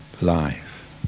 life